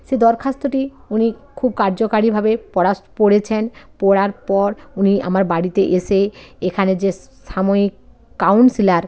সে দরখাস্তটি উনি খুব কার্যকারীভাবে পড়াস পড়েছেন পড়ার পর উনি আমার বাড়িতে এসে এখানে যে সাময়িক কাউন্সিলার